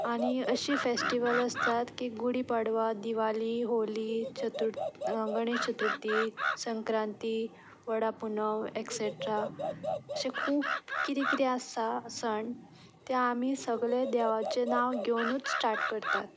आनी अशे फेस्टिवल्स आसतात की गुडी पाडवा दिवाली होली चथुर गणेश चथुर्ती संक्रांती वडा पुनव एक्सेट्रा अशे खूब कितें कितें आसता सण ते आमी सगळे देवाचे नांव घेवनूच स्टार्ट करतात